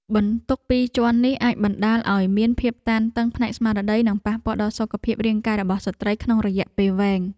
បន្ទុកពីរជាន់នេះអាចបណ្តាលឱ្យមានភាពតានតឹងផ្នែកស្មារតី និងប៉ះពាល់ដល់សុខភាពរាងកាយរបស់ស្ត្រីក្នុងរយៈពេលវែង។